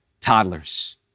toddlers